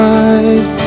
eyes